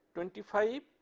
twenty five,